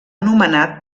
nomenat